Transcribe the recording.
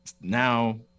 now